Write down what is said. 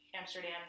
Amsterdam